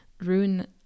ruin